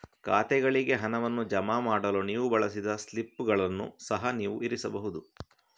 ಖಾತೆಗಳಿಗೆ ಹಣವನ್ನು ಜಮಾ ಮಾಡಲು ನೀವು ಬಳಸಿದ ಸ್ಲಿಪ್ಪುಗಳನ್ನು ಸಹ ನೀವು ಇರಿಸಬಹುದು